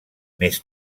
més